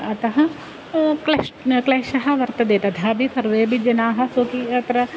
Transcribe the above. अतः क्लेशः क्लेशः वर्तते तथापि सर्वेऽपि जनाः स्वकीयम् अत्र